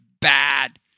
bad